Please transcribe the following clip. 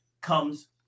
comes